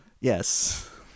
Yes